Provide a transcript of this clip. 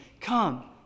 Come